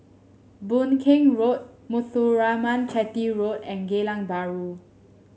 Boon Keng Road Muthuraman Chetty Road and Geylang Bahru